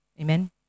Amen